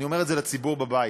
אני אומר את זה לציבור בבית: